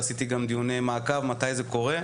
עשיתי גם דיוני מעקב מתי זה קורה,